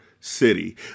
city